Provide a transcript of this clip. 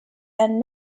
and